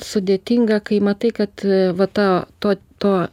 sudėtinga kai matai kad va ta to to